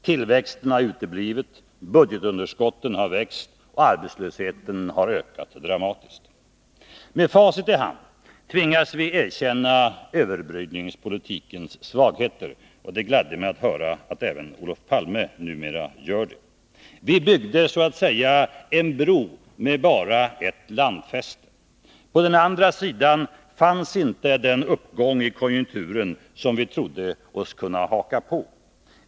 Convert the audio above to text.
Tillväxten har uteblivit, budgetunderskotten har växt och arbetslösheten har ökat dramatiskt. Med facit i hand tvingas vi erkänna överbryggningspolitikens svagheter. Det gladde mig att höra att även Olof Palme numera gör det. Vi byggde så att säga en bro med bara ett landfäste. På den andra sidan fanns inte den uppgång i konjunkturen som vi trodde oss kunna haka på.